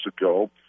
ago